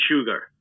sugar